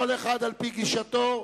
כל אחד על-פי גישתו,